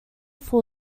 full